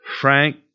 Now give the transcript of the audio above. Frank